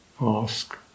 ask